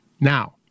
Now